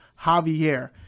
Javier